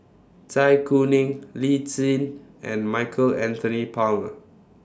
Zai Kuning Lee Tjin and Michael Anthony Palmer